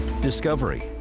Discovery